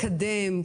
מקדם,